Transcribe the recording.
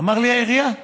אמר לי: העירייה.